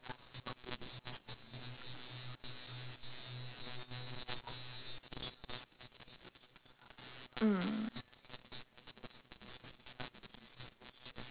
mm